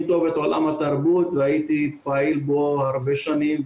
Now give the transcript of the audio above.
טוב את עולם התרבות והייתי פעיל בו הרבה שנים,